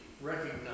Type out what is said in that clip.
recognize